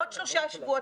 בעוד שלושה שבועות.